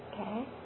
Okay